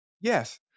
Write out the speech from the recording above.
Yes